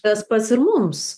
tas pats ir mums